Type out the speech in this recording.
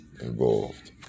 involved